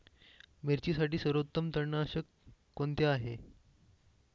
मिरचीसाठी सर्वोत्तम तणनाशक कोणते आहे?